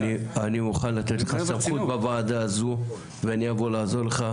מוכן לתת לך סמכות בוועדה הזו ואני אבוא לעזור לך,